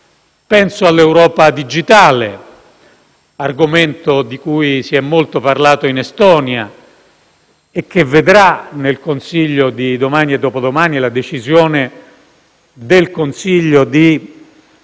penso all'Europa digitale, argomento di cui si è molto parlato in Estonia e che vedrà nel Consiglio europeo di domani e dopodomani la decisione di esaminare